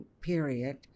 period